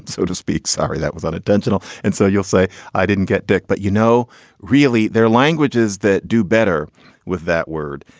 so to speak. sorry, that was an intentional. and so you'll say i didn't get dick, but you know really their languages that do better with that word.